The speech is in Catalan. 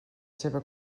seva